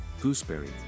gooseberry